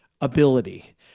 ability